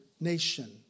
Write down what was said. nation